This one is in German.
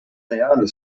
reale